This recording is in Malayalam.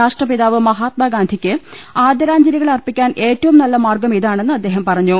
രാഷ്ട്രപിതാവ് മഹാത്മാഗന്ധിയ്ക്ക് ആദരാഞ്ജലികൾ അർപ്പിക്കാൻ ഏറ്റവും നല്ല മാർഗ്ഗമിതാണെന്ന് അദ്ദേഹം പറഞ്ഞു